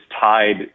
tied